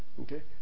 Okay